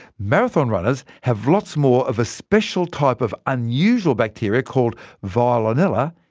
marathon runners have lots more of a special type of unusual bacteria, called veillonella,